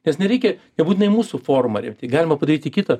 nes nereikia nebūtinai mūsų forumą galima padaryti kitą